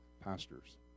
pastors